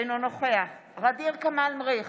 אינו נוכח ע'דיר כמאל מריח,